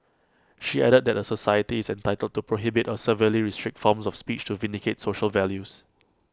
she added that A society is entitled to prohibit or severely restrict forms of speech to vindicate social values